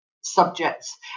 subjects